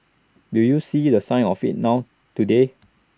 do you see the signs of IT now today